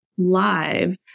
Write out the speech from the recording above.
live